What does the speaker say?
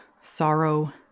sorrow